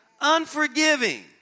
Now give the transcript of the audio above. unforgiving